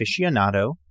aficionado